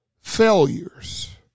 failures